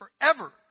forever